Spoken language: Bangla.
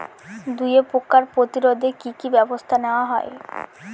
দুয়ে পোকার প্রতিরোধে কি কি ব্যাবস্থা নেওয়া হয়?